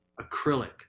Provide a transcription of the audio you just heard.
acrylic